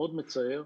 מאוד מצער.